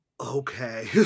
okay